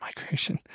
migration